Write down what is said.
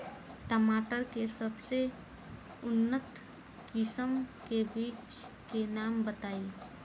टमाटर के सबसे उन्नत किस्म के बिज के नाम बताई?